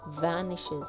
vanishes